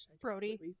Brody